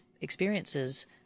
experiences